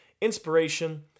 inspiration